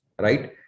right